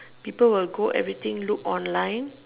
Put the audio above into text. people will go everything look online